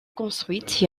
construite